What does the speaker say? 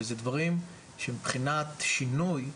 זה דברים שמבחינת שינוי,